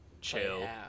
chill